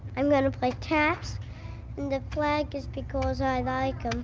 i'm going to play taps and the flag is because i like him,